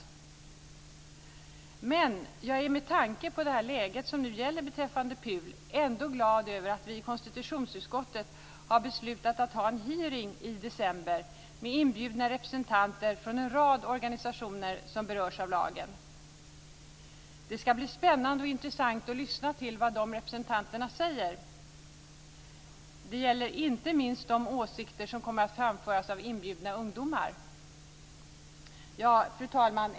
Jag är dock glad, med tanke på det läge som nu gäller beträffande PUL, att vi i konstitutionsutskottet har beslutat att ha en hearing i december med inbjudna representanter från en rad organisationer som berörs av lagen. Det skall bli spännande och intressant att lyssna till vad de representanterna säger. Det gäller inte minst de åsikter som kommer att framföras av inbjudna ungdomar. Fru talman!